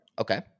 Okay